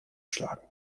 schlagen